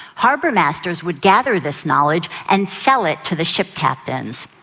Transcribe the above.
harbour masters would gather this knowledge and sell it to the ship captains.